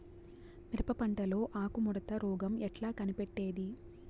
మిరప పంటలో ఆకు ముడత రోగం ఎట్లా కనిపెట్టేది?